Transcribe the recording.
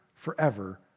forever